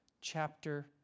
chapter